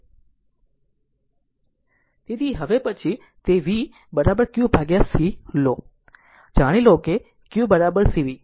તેથી હવે પછી તે v q ભાગ્યા c લો જાણો કે q c v